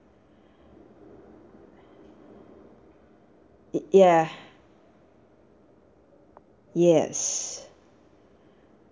it ya yes